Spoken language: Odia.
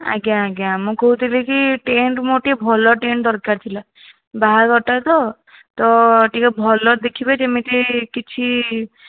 ଆଜ୍ଞା ଆଜ୍ଞା ମୁଁ କହୁଥିଲି କି ଟେଣ୍ଟ ମୋର ଟିକିଏ ଭଲ ଟେଣ୍ଟ ଦରକାର ଥିଲା ବାହାଘରଟା ତ ତ ଟିକିଏ ଭଲ ଦେଖିବେ ଯେମିତି କିଛି